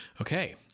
Okay